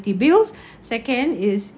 bills second is